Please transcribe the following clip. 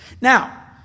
Now